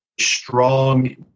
strong